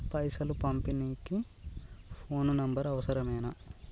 పైసలు పంపనీకి phone number అవసరమేనా?